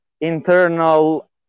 internal